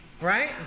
right